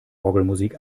orgelmusik